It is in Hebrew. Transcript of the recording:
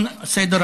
נא לסיים.